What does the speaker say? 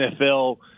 NFL –